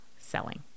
selling